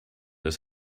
das